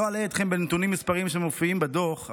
לא אלאה אתכם בנתונים מספריים שמופיעים בדוח,